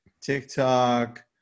TikTok